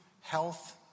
health